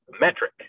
metric